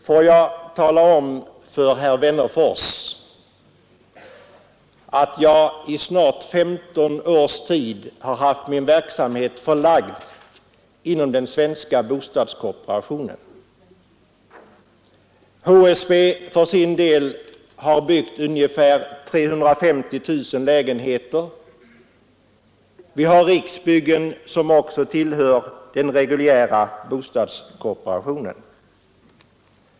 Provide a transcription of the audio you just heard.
Får jag tala om för herr Wennerfors att jag i snart 15 år har haft min verksamhet inom den svenska bostadskooperationen. HSB har byggt ungefär 350 000 lägenheter. Även Riksbyggen tillhör den reguljära bostadskooperationen.